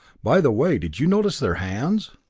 by the way, did you notice their hands?